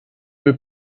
peut